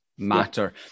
matter